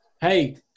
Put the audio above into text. hey